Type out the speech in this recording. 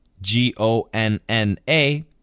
G-O-N-N-A